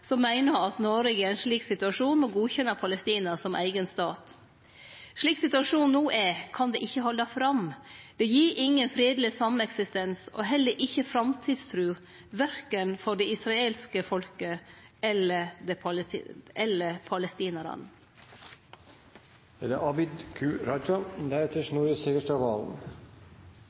som meiner at Noreg i ein slik situasjon må godkjenne Palestina som eigen stat. Slik situasjonen no er, kan det ikkje halde fram. Det gir ingen fredeleg sameksistens og heller ikkje framtidstru – verken for det israelske folket eller